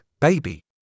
baby